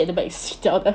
in the back 睡觉了